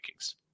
rankings